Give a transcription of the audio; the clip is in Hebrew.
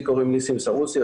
לי קוראים ניסים סרוסי,